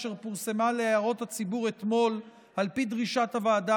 אשר פורסמה להערות הציבור אתמול על פי דרישת הוועדה